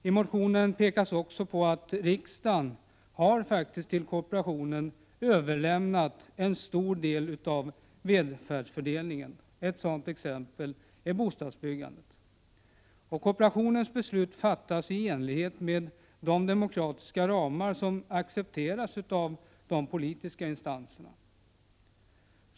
I motionen framhålls också att riksdagen till kooperationen har överlämnat en stor del av välfärdsfördelningen. Ett sådant exempel är bostadsbyggandet. Kooperationens beslut fattas i enlighet med de demokratiska ramar som accepteras av de politiska instanserna.